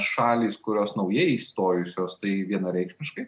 šalys kurios naujai įstojusios tai vienareikšmiškai